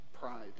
pride